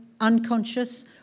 unconscious